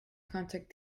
contact